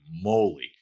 moly